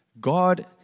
God